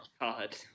God